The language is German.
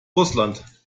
russland